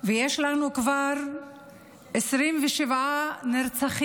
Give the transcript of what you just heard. ויש לנו כבר 27 נרצחים,